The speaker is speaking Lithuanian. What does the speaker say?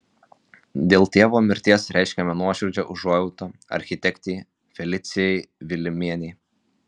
dėl tėvo mirties reiškiame nuoširdžią užuojautą architektei felicijai vilimienei